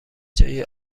جای